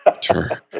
Sure